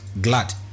glad